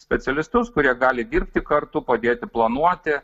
specialistus kurie gali dirbti kartu padėti planuoti